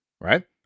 right